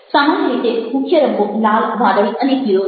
સામાન્ય રીતે મુખ્ય રંગો લાલ વાદળી અને પીળો છે